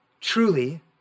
truly